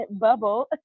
bubble